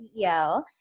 CEO